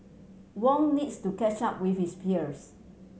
Wong needs to catch up with his peers